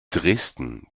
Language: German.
dresden